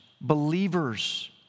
believers